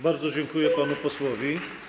Bardzo dziękuję panu posłowi.